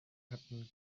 happen